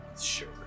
Sure